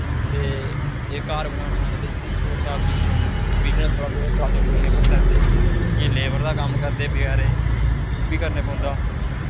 ते एह् घर बनाना होऐ ते एह् बी सोरस ऑफ इंकम ऐ बिजनस थोह्ड़ा बौह्त टरालियां टूरालियां भरी लैंदे केईं लेबर दा कम्म करदे बचैरे ओह् बी करने पौंदा